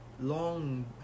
long